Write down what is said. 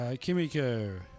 Kimiko